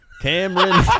Cameron